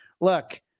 look